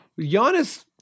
Giannis